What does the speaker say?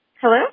Hello